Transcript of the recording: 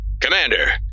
Commander